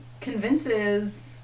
convinces